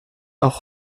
auch